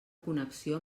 connexió